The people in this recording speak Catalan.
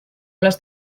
les